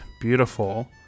beautiful